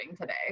today